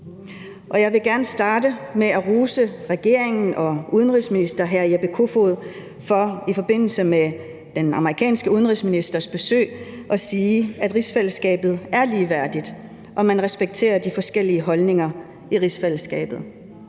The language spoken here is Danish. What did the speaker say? Jeg vil gerne starte med at rose regeringen og udenrigsminister hr. Jeppe Kofod for i forbindelse med den amerikanske udenrigsministers besøg at sige, at rigsfællesskabet er ligeværdigt, og at man respekterer de forskellige holdninger i rigsfællesskabet.